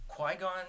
Qui-Gon